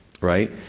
Right